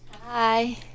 Hi